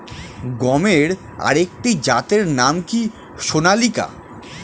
গমের আরেকটি জাতের নাম কি সোনালিকা?